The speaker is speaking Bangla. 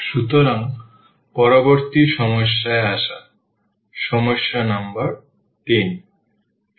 সুতরাং পরবর্তী সমস্যায় আসা সমস্যা নম্বর 3